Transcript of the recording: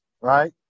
right